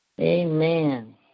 Amen